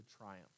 triumph